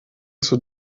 zur